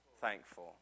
thankful